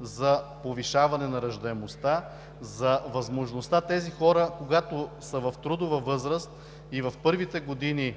за повишаване на раждаемостта, за възможността тези хора, когато са в трудова възраст и в първите години